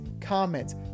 comments